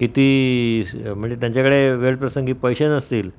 किती म्हणजे त्यांच्याकडे वेळप्रसंगी पैसे नसतील